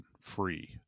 free